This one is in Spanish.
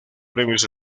premios